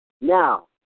Now